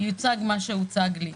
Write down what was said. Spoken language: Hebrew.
יוצג מה שהוצג לי.